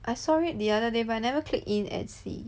I saw it the other day but I never click in and see